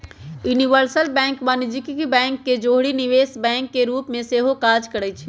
universal bank वाणिज्यिक bank के जौरही निवेश बैंक के रूप में सेहो काज करइ छै